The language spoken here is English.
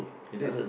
it is